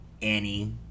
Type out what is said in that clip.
Annie